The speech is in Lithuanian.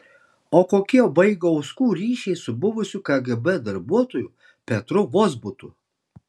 o kokie vaigauskų ryšiai su buvusiu kgb darbuotoju petru vozbutu